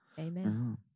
Amen